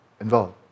involved